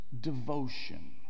devotion